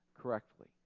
correctly